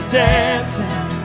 dancing